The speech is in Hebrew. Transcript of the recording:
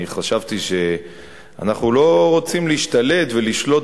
אני חשבתי שאנחנו לא רוצים להשתלט ולשלוט